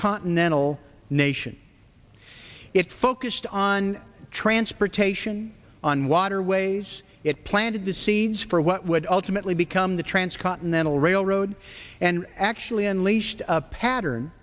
continental nation it focused on transportation on waterways it planted the seeds for what would ultimately become the transcontinental railroad and actually unleashed a pattern